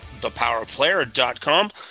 thepowerplayer.com